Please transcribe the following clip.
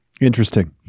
Interesting